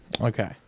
Okay